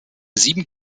sieben